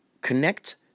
Connect